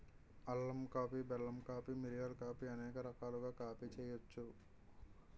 అల్లం కాఫీ బెల్లం కాఫీ మిరియాల కాఫీ అనేక రకాలుగా కాఫీ చేయొచ్చు